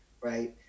right